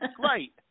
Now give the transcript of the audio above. great